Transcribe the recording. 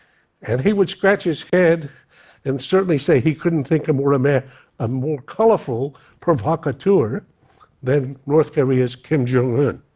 and he would scratch his head and certainly say he couldn't think of more um ah ah more colorful provocateur than north korea's kim jong-un.